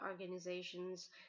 organizations